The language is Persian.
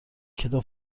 کتاب